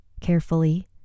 Carefully